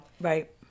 Right